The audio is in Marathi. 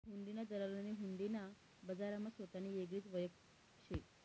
हुंडीना दलालनी हुंडी ना बजारमा सोतानी येगळीच वयख शे